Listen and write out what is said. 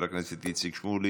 מס' 251,